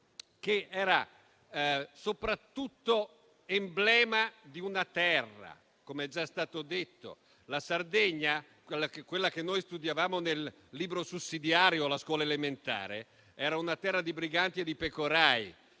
che era soprattutto emblema di una terra, come è già stato detto, la Sardegna, quella che studiavamo nel libro sussidiario alla scuola elementare. Era una terra di briganti e di pecorai